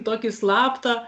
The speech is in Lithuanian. tokį slaptą